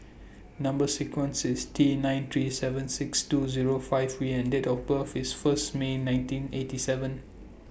Number sequence IS T nine three seven six two Zero five V and Date of birth IS First May nineteen eighty seven